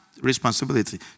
responsibility